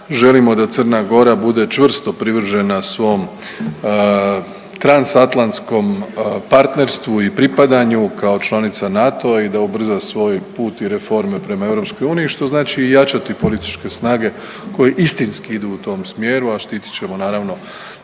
Želimo da Crna Gora bude čvrsto privržena svom transatlantskom partnerstvu i pripadanju kao članica NATO-a i da ubrza svoj put i reforme prema EU, što znači i jačati političke snage koje istinski idu u tom smjeru, a štitit ćemo naravno